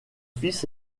fils